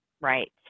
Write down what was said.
Right